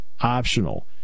optional